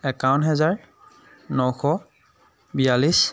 একাৱন্ন হেজাৰ ন শ বিয়াল্লিছ